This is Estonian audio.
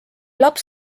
laps